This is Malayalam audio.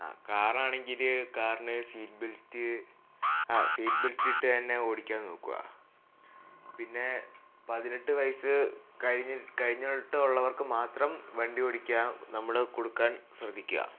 ആ കാറാണെങ്കില് കാറിന് സീറ്റ് ബെൽറ്റ് ആ സീറ്റ് ബെൽറ്റ് ഇട്ട് തന്നെ ഓടിക്കാൻ നോക്കുക പിന്നെ പതിനെട്ട് വയസ്സ് കഴിഞ്ഞിട്ടുള്ളവർക്ക് മാത്രം വണ്ടി ഓടിക്കാൻ നമ്മള് കൊടുക്കാൻ ശ്രദ്ധിക്കുക